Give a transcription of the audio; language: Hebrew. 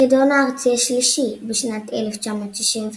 בחידון הארצי השלישי, בשנת 1961,